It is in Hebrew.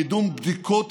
קידום בדיקות